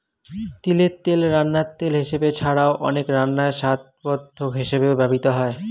তিলের তেল রান্নার তেল হিসাবে ছাড়াও, অনেক রান্নায় স্বাদবর্ধক হিসাবেও ব্যবহৃত হয়